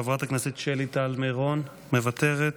חברת הכנסת שלי טל מירון, מוותרת.